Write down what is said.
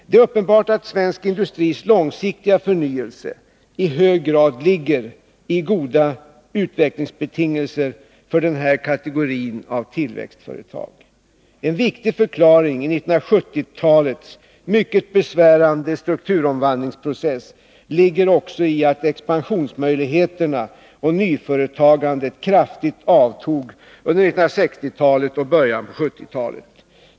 Det är uppenbart att svensk industris långsiktiga förnyelse i hög grad ligger i goda utvecklingsbetingelser för den här kategorin av tillväxtföretag. En viktig förklaring till 1970-talets mycket besvärande strukturomvandlingsprocess ligger också i att expansionsmöjligheterna och nyföretagandet kraftigt avtog under 1960-talet och början på 1970-talet.